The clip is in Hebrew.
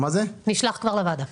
כבר נשלח לוועדה.